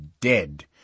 dead